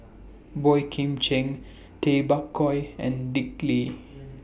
Boey Kim Cheng Tay Bak Koi and Dick Lee